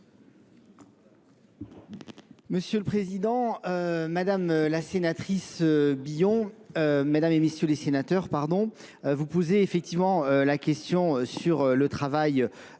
Monsieur le Président, Madame la Sénatrice Billon, Madame et Monsieur les Sénateurs, pardon, vous posez effectivement la question sur le travail du